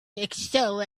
excel